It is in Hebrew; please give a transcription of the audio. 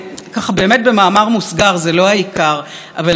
אבל אני אציין שהיומרה הפומפוזית הזאת לייצג